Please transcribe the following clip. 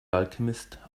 alchemist